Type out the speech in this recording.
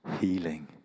healing